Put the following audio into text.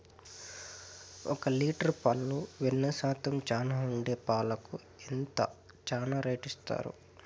ఒక లీటర్ పాలలో వెన్న శాతం చానా ఉండే పాలకు ఎంత చానా రేటు ఇస్తారు?